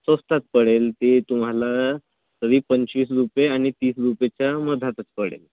स्वस्तात पडेल ते तुम्हाला तरी पंचवीस रुपये आणि तीस रुपयाच्या मधातच पडेल